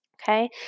Okay